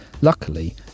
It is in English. Luckily